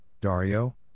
Dario